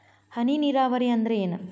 ಹನಿ ನೇರಾವರಿ ಅಂದ್ರ ಏನ್?